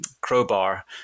crowbar